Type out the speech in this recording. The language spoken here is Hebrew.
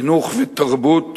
חינוך ותרבות,